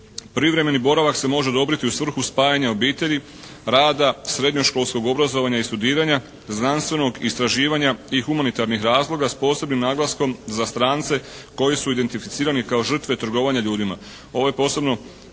Privremeni boravak se može odobriti u svrhu spajanja obitelji, rada, srednjoškolskog obrazovanja i studiranja, znanstvenog istraživanja i humanitarnih razloga s posebnim naglaskom za strance koji su identificirani kao žrtve trgovanja ljudima. Ovo je posebno